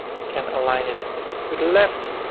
i can align it to the left,